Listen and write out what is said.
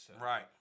Right